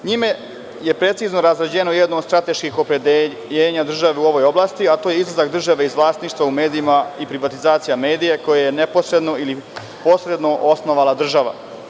Njime je precizno razrađeno jedno od strateških opredeljenja države u ovoj oblasti, a to je izlazak države iz vlasništva u medijima i privatizacija medija, koje je neposredno ili posredno osnovala država.